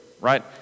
right